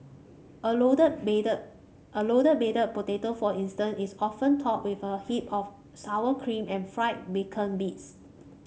a loaded baked a loaded baked potato for instance is often topped with a heap of sour cream and fried bacon bits